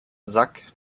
sack